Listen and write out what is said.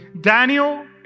Daniel